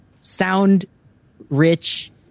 sound-rich